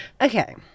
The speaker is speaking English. Okay